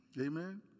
Amen